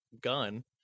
gun